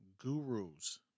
gurus